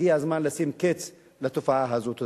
הגיע הזמן לשים קץ לתופעה הזאת.